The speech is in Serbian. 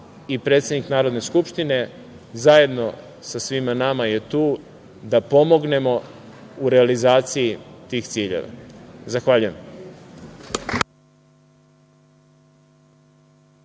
i predsednik Narodne skupštine, zajedno sa svima nama je tu da pomognemo u realizaciji tih ciljeva. Zahvaljujem.